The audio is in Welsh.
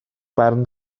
barn